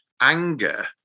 anger